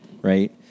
right